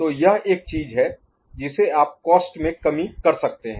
तो यह एक चीज है जिसे आप कॉस्ट Cost लागत में कमी कर सकते हैं